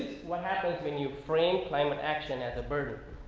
what happens when you frame climate action at the burger? ah,